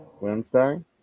Wednesday